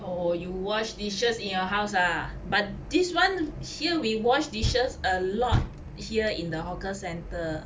oh you wash dishes in your house ah but this one here we wash dishes a lot here in the hawker centre